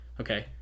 Okay